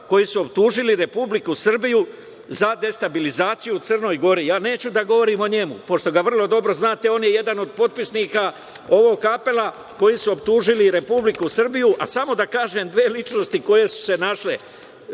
koji su optužili Republiku Srbiju za destabilizaciju u Crnoj Gori. Neću da govorim o njemu pošto ga vrlo dobro znate. On je jedan od potpisnika ovog apela koji su optužili Republiku Srbiju. Samo da kažem dve ličnosti koje su se našle